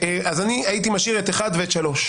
לכן אני הייתי משאיר את 1 ו-3.